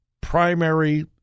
primary